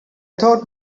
thought